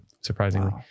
surprisingly